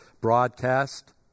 broadcast